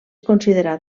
considerat